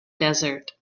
desert